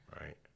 right